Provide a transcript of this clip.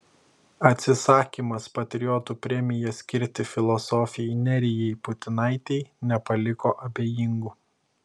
atsisakymas patriotų premiją skirti filosofei nerijai putinaitei nepaliko abejingų